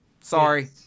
Sorry